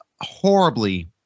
horribly